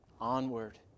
Onward